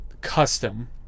custom